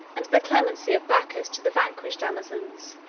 and the clemency of bacchus to the vanquished amazons.